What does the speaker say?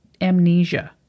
amnesia